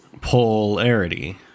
polarity